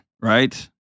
right